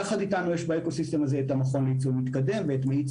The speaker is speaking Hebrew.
יחד איתנו יש באקוסיסטם את המכון לייצוא מתקדם ואת "מאיץ